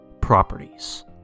properties